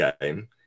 game